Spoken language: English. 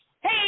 hey